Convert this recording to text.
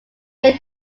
get